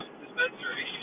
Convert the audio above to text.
dispensary